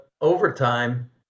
overtime